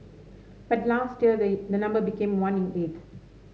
but last year the the number became one in eight